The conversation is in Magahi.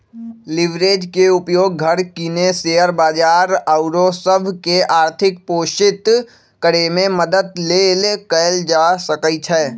लिवरेज के उपयोग घर किने, शेयर बजार आउरो सभ के आर्थिक पोषित करेमे मदद लेल कएल जा सकइ छै